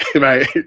right